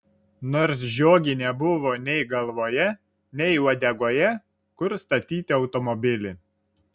nors žiogei nebuvo nei galvoje nei uodegoje kur statyti automobilį